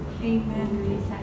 Amen